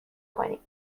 کنیم